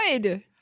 good